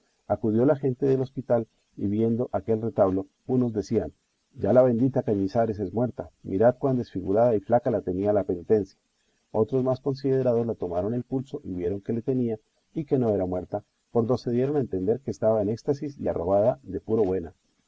acudió la gente del hospital y viendo aquel retablo unos decían ya la bendita cañizares es muerta mirad cuán disfigurada y flaca la tenía la penitencia otros más considerados la tomaron el pulso y vieron que le tenía y que no era muerta por do se dieron a entender que estaba en éxtasis y arrobada de puro buena